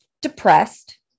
depressed